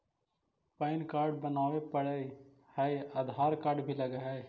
Pan card बनावे पडय है आधार कार्ड भी लगहै?